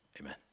amen